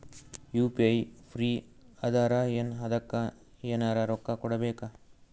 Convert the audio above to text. UPI free ಅದಾರಾ ಏನ ಅದಕ್ಕ ಎನೆರ ರೊಕ್ಕ ಕೊಡಬೇಕ?